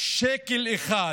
שקל אחד,